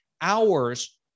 hours